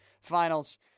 finals